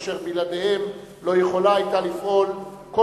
אשר בלעדיהם לא יכולה היתה לפעול כל